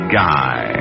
guy